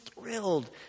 thrilled